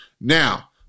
Now